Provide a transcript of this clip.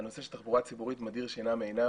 הנושא של תחבורה ציבורית מדיר שינה מעיניו.